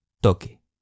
toque